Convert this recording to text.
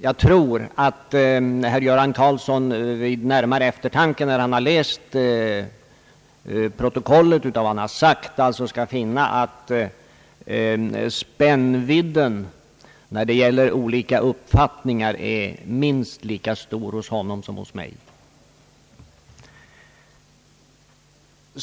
Jag tror att herr Göran Karlsson vid närmare eftertanke, när han läst protokollet över vad han har sagt, skall finna att spännvidden när det gäller olika uppfattningar är minst lika stor hos honom som hos mig.